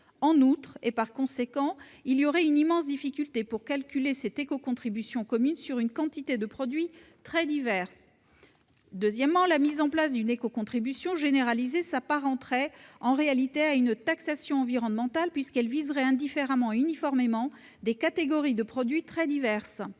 filière REP. Par conséquent, il serait très difficile de calculer cette éco-contribution commune sur une quantité de produits très divers. Deuxièmement, la mise en place d'une éco-contribution généralisée s'apparenterait en réalité à une taxation environnementale, puisqu'elle viserait indifféremment et uniformément des catégories de produits très diverses.